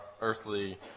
earthly